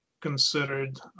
considered